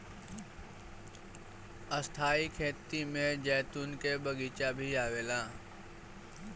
स्थाई खेती में जैतून के बगीचा भी आवेला